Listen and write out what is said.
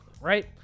right